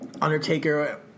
Undertaker